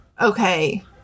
Okay